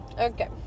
Okay